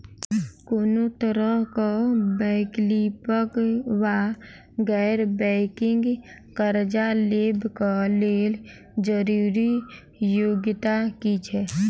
कोनो तरह कऽ वैकल्पिक वा गैर बैंकिंग कर्जा लेबऽ कऽ लेल जरूरी योग्यता की छई?